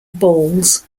balls